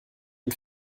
und